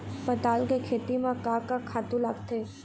पताल के खेती म का का खातू लागथे?